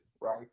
right